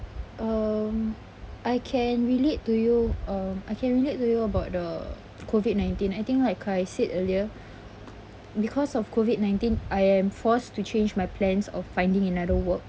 um I can relate to you um I can relate to you about the COVID nineteen I think like I said earlier because of COVID nineteen I am forced to change my plans of finding another work